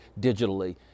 digitally